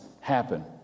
happen